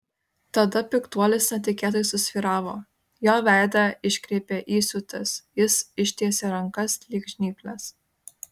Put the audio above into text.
tada piktuolis netikėtai susvyravo jo veidą iškreipė įsiūtis jis ištiesė rankas lyg žnyples